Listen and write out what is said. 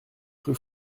rue